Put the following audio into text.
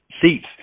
seats